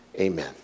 Amen